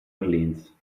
orleans